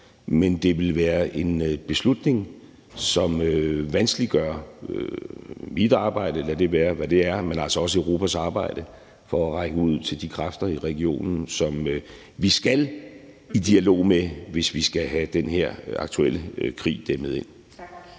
men det ville være en beslutning, som vanskeliggør mit arbejde, og lad det være, hvad det er, men altså også Europas arbejde for at række ud til de kræfter i regionen, som vi skal i dialog med, hvis vi skal have den her aktuelle krig dæmmet ind.